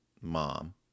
mom